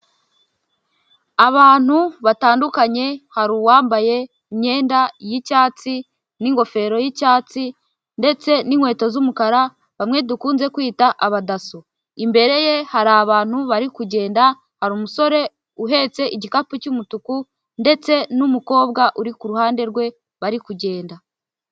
Abantu batandukanye hari uwambaye imyenda y'icyatsi n'ingofero y'icyatsi ndetse n'inkweto z'umukara bamwe dukunze kwita abadaso imbere ye hari abantu bari kugenda hari umusore uhetse igikapu cy'umutuku ndetse n'umukobwa uri ku ruhande rwe bari kugenda.